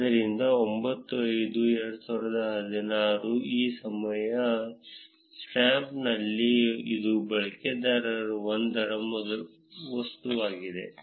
ಆದ್ದರಿಂದ 9 5 2016 ರ ಸಮಯ ಸ್ಟ್ಯಾಂಪ್ನಲ್ಲಿ ಇದು ಬಳಕೆದಾರರ 1 ರ ಮೊದಲ ವಸ್ತುವಾಗಿದೆ